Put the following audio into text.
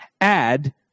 add